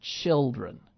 children